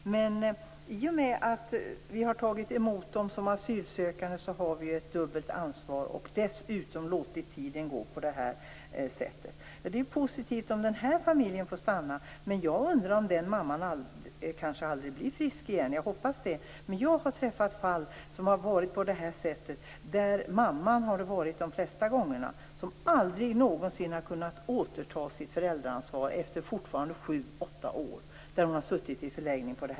I och med att vi har tagit emot dem som asylsökande har vi ett dubbelt ansvar. Dessutom har vi låtit tiden gå. Det är positivt om denna familj får stanna. Men jag undrar om den mamman någonsin blir frisk igen. Jag har träffat fall där mamman inte har kunnat återta sitt föräldraansvar efter 7-8 år i flyktingförläggning.